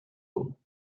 all